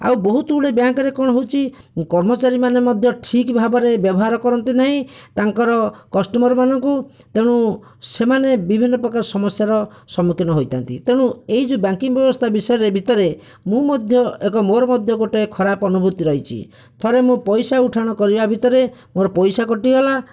ଆଉ ବହୁତ ଗୁଡ଼ିଏ ବ୍ୟାଙ୍କରେ କ'ଣ ହେଉଛି କର୍ମଚାରୀ ମାନେ ମଧ୍ୟ ଠିକ ଭାବରେ ବ୍ୟବହାର କରନ୍ତି ନାହିଁ ତାଙ୍କର କଷ୍ଟମରମାନଙ୍କୁ ତେଣୁ ସେମାନେ ବିଭିନ୍ନ ପ୍ରକାର ସମସ୍ୟାର ସମ୍ମୁଖିନ ହୋଇଥାନ୍ତି ତେଣୁ ଏଇ ଯେଉଁ ବ୍ୟାଙ୍କିଙ୍ଗ ବ୍ୟବସ୍ଥା ବିଷୟରେ ଭିତରେ ମୁଁ ମଧ୍ୟ ଏକ ମୋର ମଧ୍ୟ ଗୋଟିଏ ଖରାପ ଅନୁଭୂତି ରହିଛି ଥରେ ମୁଁ ପଇସା ଉଠାଣ କରିବା ଭିତରେ ମୋର ପଇସା କଟିଗଲା